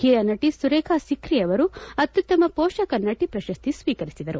ಹಿರಿಯ ನಟಿ ಸುರೇಖಾ ಸಿಕ್ರಿ ಅವರು ಅತ್ಯುತ್ತಮ ಪೋಷಕ ನಟಿ ಪ್ರಶಸ್ತಿ ಸ್ವೀಕರಿಸಿದರು